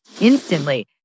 instantly